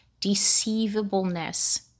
deceivableness